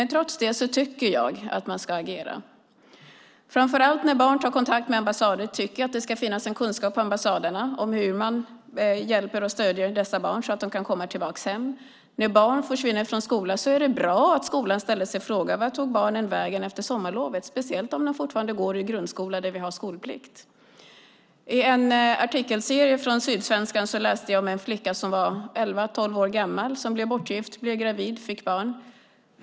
Trots det tycker jag att man ska agera. Framför allt när barn tar kontakt med ambassader tycker jag att det ska finnas kunskap vid ambassaderna om hur man hjälper och stöder dessa barn så att de kan komma tillbaka hem. När barn försvinner från skolan är det bra att skolan frågar sig vart barnen tagit vägen efter sommarlovet; det gäller speciellt om barnen fortfarande går i grundskolan där vi har skolplikt. I en artikelserie i Sydsvenskan läste jag om en flicka som var elva tolv år gammal och blev bortgift. Hon blev gravid och fick barn.